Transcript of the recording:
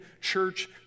church